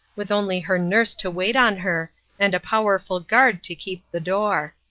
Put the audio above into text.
with only her nurse to wait on her and a powerful guard to keep the door.